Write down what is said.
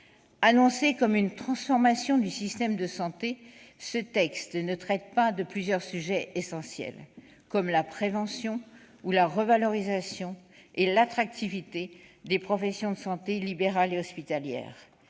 Annoncé comme une « transformation du système de santé », ce texte ne traite pas de plusieurs sujets essentiels, comme la prévention ou la revalorisation et l'attractivité des professions de santé libérales et hospitalières.